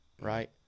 right